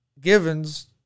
Givens